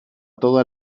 todas